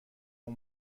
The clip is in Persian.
اون